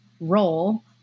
role